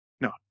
No